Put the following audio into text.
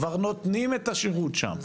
כבר נותנים את השירות שם,